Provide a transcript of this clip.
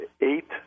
eight